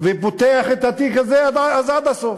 ופותח את התיק הזה, אז עד הסוף: